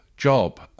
Job